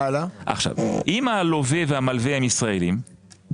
אם הלווה והמלווה הם ישראלים,